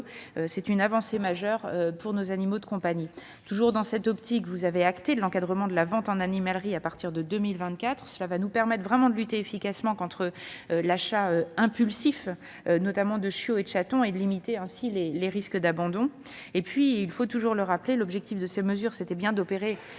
C'est une avancée majeure pour nos animaux de compagnie. Toujours dans cette optique, vous avez acté l'encadrement de la vente en animalerie à partir de 2024. Cela nous permettra de lutter contre les achats impulsifs de chiots et de chatons et de limiter ainsi les risques d'abandon. Il faut toujours rappeler que l'objectif de ces mesures est bien d'opérer